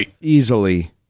easily